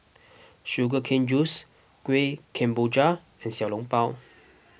Sugar Cane Juice Kueh Kemboja and Xiao Long Bao